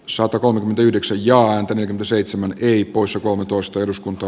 satakolmekymmentäyhdeksän ja ainakin seitsemän kei poissa kolmetoista eduskunta